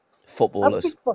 Footballers